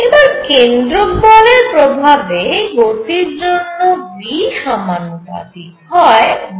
এবার কেন্দ্রক বলের প্রভাবে গতির জন্য v সমানুপাতিক হয় 1r এর